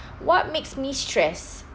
what makes me stress